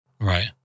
Right